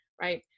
right